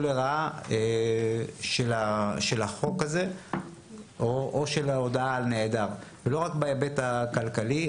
לרעה של החוק הזה או של ההודעה על נעדר לא רק בהיבט הכלכלי.